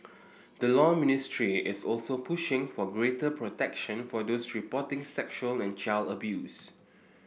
the Law Ministry is also pushing for greater protection for those reporting sexual and child abuse